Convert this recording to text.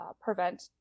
prevent